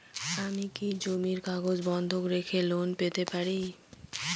আমি কি জমির কাগজ বন্ধক রেখে লোন পেতে পারি?